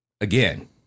Again